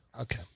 Okay